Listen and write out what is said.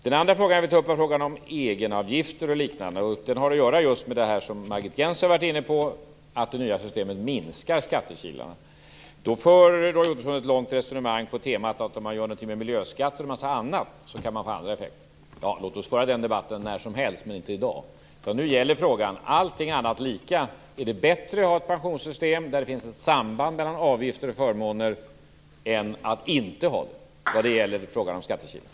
Den andra frågan jag vill ta upp är frågan om egenavgifter och liknande. Det har att göra med det Margit Gennser har varit inne på, nämligen att det nya systemet minskar skattekilarna. Där för Roy Ottosson ett långt resonemang på temat att om man gör någonting med miljöskatter och en massa annat kan man få andra effekter. Låt oss föra den debatten när som helst, men inte i dag. Nu gäller frågan: Allting annat lika, är det bättre att ha ett pensionssystem där det finns ett samband mellan avgifter och förmåner än att inte ha det när det gäller frågan om skattekilarna?